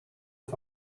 het